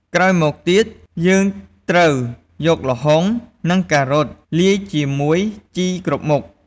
ក្រោយមកទៀត យើងត្រូវយកល្ហុង និងការ៉ុតលាយជាមួយជីគ្រប់មុខ។